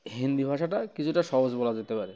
হিন্দি ভাষাটা কিছুটা সহজ বলা যেতে পারে